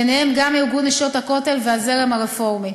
בהם גם ארגון "נשות הכותל" והזרם הרפורמי.